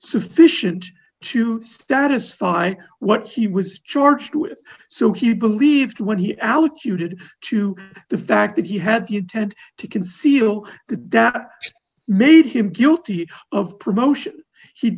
sufficient to status find what he was charged with so he believed when he alex you did to the fact that he had the intent to conceal good that made him guilty of promotion he